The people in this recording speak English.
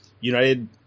United